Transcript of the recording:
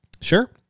Sure